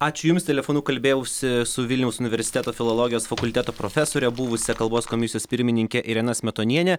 ačiū jums telefonu kalbėjausi su vilniaus universiteto filologijos fakulteto profesore buvusia kalbos komisijos pirmininke irena smetoniene